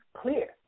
clear